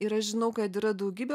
ir aš žinau kad yra daugybė